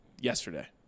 yesterday